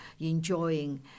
enjoying